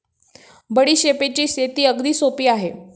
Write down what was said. बडीशेपची शेती अगदी सोपी आहे